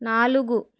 నాలుగు